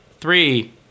Three